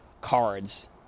cards